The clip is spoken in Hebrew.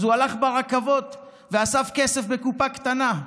אז הוא הלך ברכבות ואסף כסף בקופה קטנה.